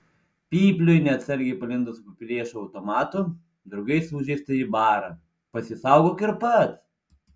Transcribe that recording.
pypliui neatsargiai palindus po priešo automatu draugai sužeistąjį bara pasisaugok ir pats